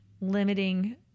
limiting